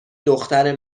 دختر